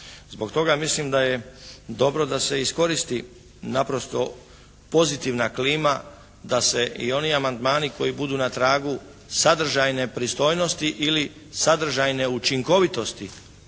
Zbog toga mislim da je dobro da se iskoristi naprosto pozitivna klima da se i oni amandmani koji budu na tragu sadržaj nepristojnosti ili sadržaj neučinkovitosti